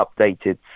updated